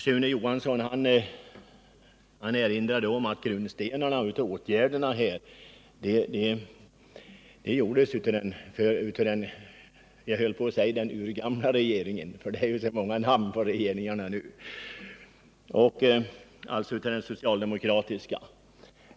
Sune Johansson erinrade om att grundstenarna till de vidtagna åtgärderna lades av låt mig säga den urgamla regeringen. Det är nu så många namn på regeringarna — jag menar alltså den socialdemokratiska regeringen.